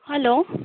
hello